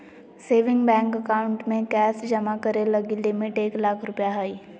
saving bank account में cash जमा करे लगी लिमिट एक लाख रु हइ